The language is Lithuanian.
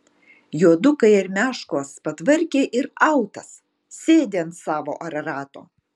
juodukai armiaškos patvarkė ir autas sėdi ant savo ararato